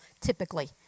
typically